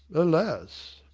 alas!